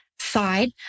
side